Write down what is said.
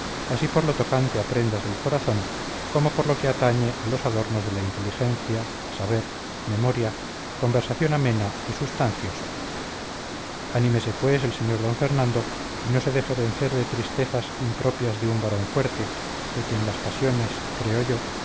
así por lo tocante a prendas del corazón como por lo que atañe a los adornos de la inteligencia saber memoria conversación amena y substanciosa anímese pues el sr d fernando y no se deje vencer de tristezas impropias de un varón fuerte de quien las pasiones creo yo